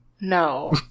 No